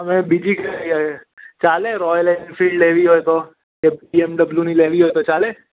હવે બીજી કઈ ચાલે રોયલ એન્ફિલ્ડ લેવી હોય તો કે બીએમડબલ્યુની લેવી હોય તો ચાલે